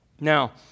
Now